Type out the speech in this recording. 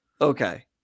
Okay